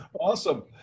Awesome